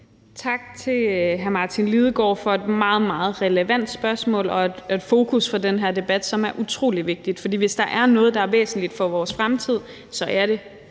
Tak til hr. Martin Lidegaard for et meget, meget relevant spørgsmål og for et fokus i den her debat, som er utrolig vigtigt; for hvis der er noget, der er væsentligt for vores fremtid, så er det